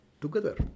together